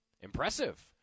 Impressive